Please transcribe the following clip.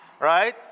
Right